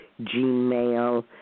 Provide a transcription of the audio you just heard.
Gmail